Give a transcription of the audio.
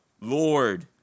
Lord